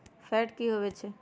Fat की होवछै?